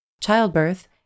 Childbirth